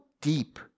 deep